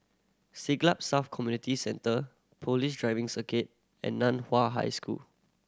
Siglap South Community Centre Police Driving Circuit and Nan Hua High School